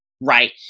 Right